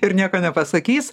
ir nieko nepasakys